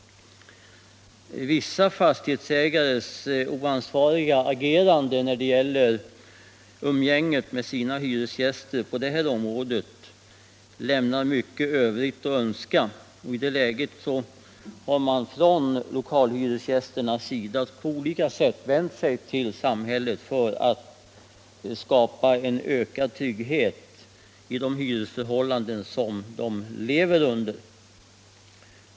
Vissa fastighetsägares oansvariga agerande i umgänget med sina hyresgäster på det här området lämnar mycket övrigt att önska. I det läget har man från lokalhyresgästhåll på olika sätt vänt sig till samhället för att skapa ökad trygghet i lokalhyresgästernas hyresförhållanden.